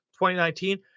2019